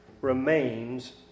remains